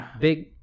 Big